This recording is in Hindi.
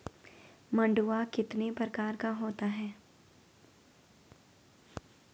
मंडुआ कितने प्रकार का होता है?